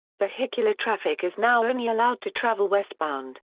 vehicular traffic is now only allowed to travel westbound.